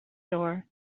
door